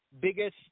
biggest